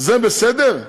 זה בסדר?